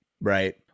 Right